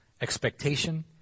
expectation